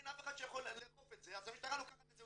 אין אף אחד שיכול לאכוף את זה אז המשטרה לוקחת את זה,